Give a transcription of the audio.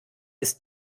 ist